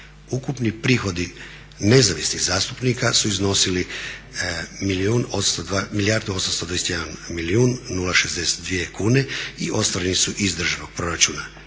Ukupni prihodi nezavisnih zastupnika su iznosili milijardu 821 milijun 062 kune i ostvareni su iz državnog proračuna.